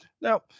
now